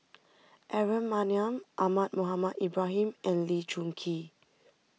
Aaron Maniam Ahmad Mohamed Ibrahim and Lee Choon Kee